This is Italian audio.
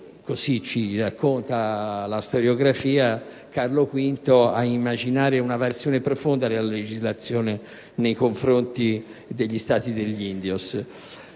così ci racconta la storiografia - ad immaginare una variazione profonda della legislazione nei confronti della condizione degli indios.